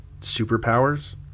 superpowers